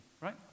right